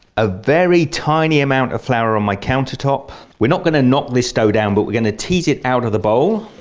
a very tiny amount of flour on my countertop. we're not going to knock this dough down but we're going to tease it out of the bowl